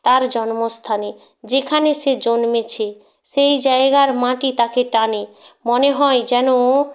তার জন্মস্থানে যেখানে সে জন্মেছে সেই জায়গার মাটি তাকে টানে মনে হয় যেন ও